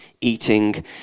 eating